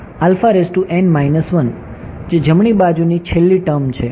જે જમણી બાજુની છેલ્લી ટર્મ છે